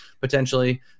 potentially